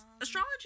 Astrology